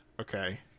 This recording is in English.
Okay